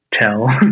tell